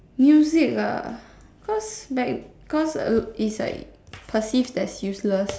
music ah cause back cause al~ it's like perceived as useless